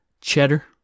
cheddar